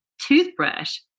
toothbrush